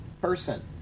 person